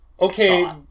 Okay